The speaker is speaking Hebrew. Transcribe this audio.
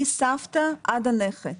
מסבתא עד הנכד.